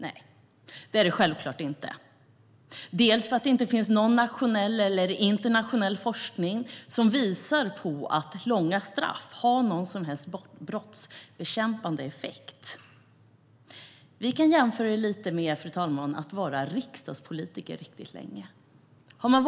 Nej, det är det självklart inte, bland annat för att det inte finns någon nationell eller internationell forskning som visar att långa straff har någon som helst brottsbekämpande effekt. Vi kan jämföra det lite med att vara riksdagspolitiker riktigt länge, fru talman.